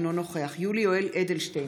אינו נוכח יולי יואל אדלשטיין,